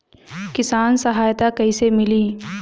किसान सहायता कईसे मिली?